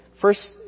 First